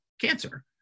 cancer